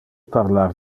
parlar